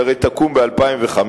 היא הרי תקום ב-2014,